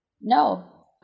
no